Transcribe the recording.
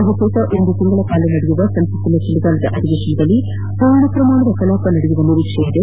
ಬಹುತೇಕ ಒಂದು ತಿಂಗಳ ಕಾಲ ನಡೆಯುವ ಸಂಸತ್ತಿನ ಚಳಿಗಾಲ ಅಧಿವೇಶನದಲ್ಲಿ ಪೂರ್ಣ ಪ್ರಮಾಣದ ಕಲಾಪ ನಡೆಯುವ ನಿರೀಕ್ಷೆಯಿದೆ